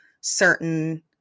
certain